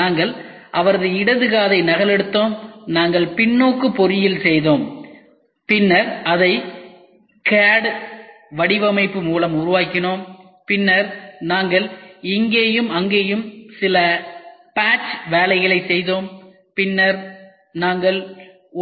நாங்கள் அவரது இடது காதை நகலெடுத்தோம் நாங்கள் பின்னோக்கு பொறியியல் செய்தோம் பின்னர் அதை கேட் வடிவமைப்பு மூலம் உருவாக்கினோம் பின்னர் நாங்கள் இங்கேயும் அங்கேயும் சில பேட்ச் வேலைகளைச் செய்தோம் பின்னர் நாங்கள்